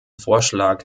vorschlag